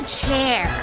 chair